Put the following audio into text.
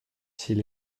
s’il